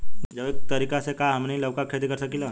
जैविक तरीका से का हमनी लउका के खेती कर सकीला?